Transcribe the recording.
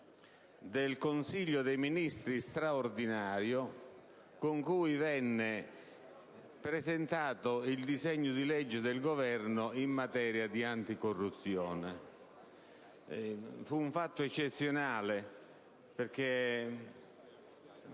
del Consiglio dei ministri straordinario in cui venne presentato il disegno di legge del Governo di anticorruzione. Fu un fatto eccezionale, perché